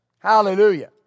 Hallelujah